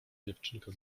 dziewczynka